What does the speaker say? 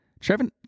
Trevin